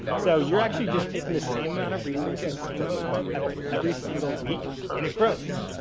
so, you're actually just taking the same amount of resources, same amount of effort every single week, and it grows.